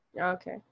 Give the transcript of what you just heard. okay